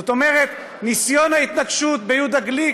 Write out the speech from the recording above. זאת אומרת, ניסיון ההתנקשות ביהודה גליק,